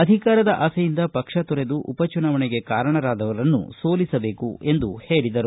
ಅಧಿಕಾರದ ಆಸೆಯಿಂದ ಪಕ್ಷ ತೊರೆದು ಉಪಚುನಾವಣೆಗೆ ಕಾರಣರಾದವರನ್ನು ಸೋಲಿಸಬೇಕು ಎಂದು ಹೇಳಿದರು